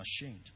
ashamed